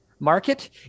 market